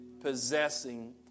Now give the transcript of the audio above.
possessing